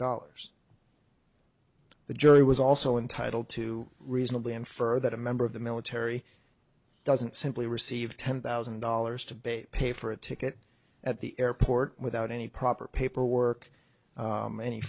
dollars the jury was also entitle to reasonably infer that a member of the military doesn't simply receive ten thousand dollars to bay pay for a ticket at the airport without any proper paperwork